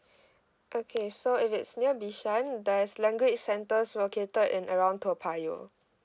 okay so if it's near bishan there's language centres located in around toa payoh